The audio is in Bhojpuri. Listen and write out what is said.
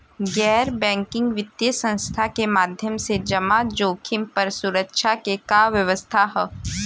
गैर बैंकिंग वित्तीय संस्था के माध्यम से जमा जोखिम पर सुरक्षा के का व्यवस्था ह?